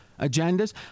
agendas